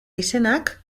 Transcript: izenak